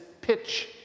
pitch